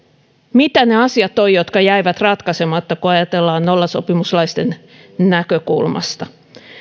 mitä ne asiat ovat jotka jäivät ratkaisematta kun ajatellaan nollasopimuslaisten näkökulmasta